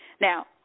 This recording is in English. Now